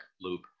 loop